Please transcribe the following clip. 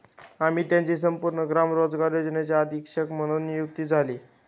अमित यांची संपूर्ण ग्राम रोजगार योजनेचे अधीक्षक म्हणून नियुक्ती झाली